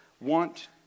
want